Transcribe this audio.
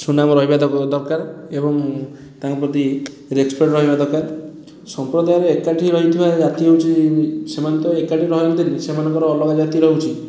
ସୁନାମ ରହିବା ଦରକାର ଏବଂ ତାଙ୍କ ପ୍ରତି ରେସପେକ୍ଟ ରହିବା ଦରକାର ସମ୍ପ୍ରଦାୟରେ ଏକାଠି ରହିଥିବା ଜାତି ହେଉଛି ସେମାନେ ତ ଏକାଠି ରହନ୍ତିନି ସେମାନଙ୍କର ଅଲଗା ଜାତି ରହୁଛି